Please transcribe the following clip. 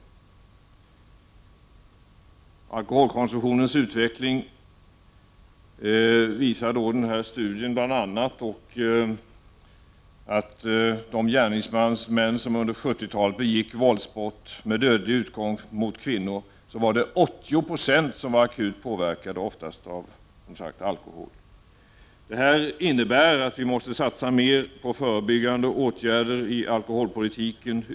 Studien visar bl.a. alkoholkonsumtionens utveckling och att av de gärningsmän som under 70-talet begick våldsbrott med dödlig utgång mot kvinnor var 80 20 akut påverkade, oftast av alkohol. Det här innebär att vi måste satsa mer på förebyggande åtgärder i alkoholpolitiken.